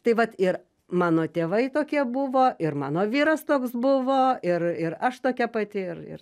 tai vat ir mano tėvai tokie buvo ir mano vyras toks buvo ir ir aš tokia pati ir ir